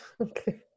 Okay